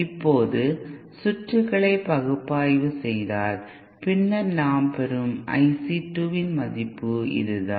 இப்போது சுற்றுகளை பகுப்பாய்வு செய்தால் பின்னர் நாம் பெறும் I C 2இன் மதிப்பு இதுதான்